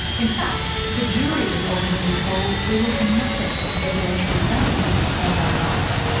in fact, the jury was ultimately told there was nothing of evidentiary value on that knife.